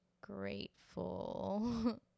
grateful